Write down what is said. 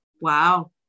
Wow